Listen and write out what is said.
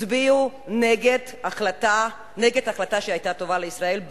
הצביעו נגד החלטה שהיתה טובה לישראל,